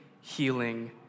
healing